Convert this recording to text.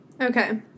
okay